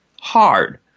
hard